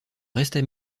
restent